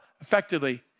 effectively